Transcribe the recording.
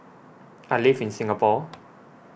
I live in Singapore